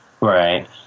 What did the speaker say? Right